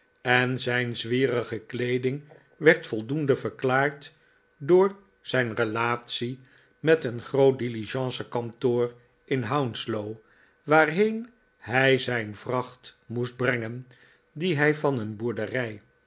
en zijn zwierige kleeding werd voldoende verklaard door zijn relatie met een groot diligence kantoor in hounslow waarheen hij zijn vracht moest brengen die hij van een boerderrj